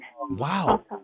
Wow